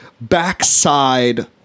backside